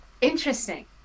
Interesting